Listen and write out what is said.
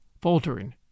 faltering